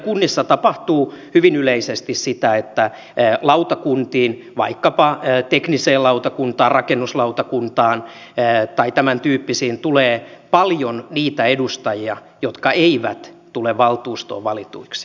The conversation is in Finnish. meillä kunnissa tapahtuu hyvin yleisesti sitä että lautakuntiin vaikkapa tekniseen lautakuntaan rakennuslautakuntaan tai tämäntyyppisiin tulee paljon niitä edustajia jotka eivät tule valtuustoon valituiksi